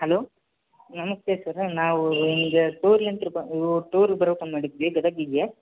hello ನಮಸ್ತೆ sir ನಾವು ನಿಮಗೆ ಟೂರ್ ಟೂರ್ ಬರ್ಬೇಕಂತ ಮಾಡಿದ್ವಿ ಗದಗಿಗೆ